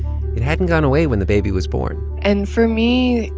it hadn't gone away when the baby was born and for me,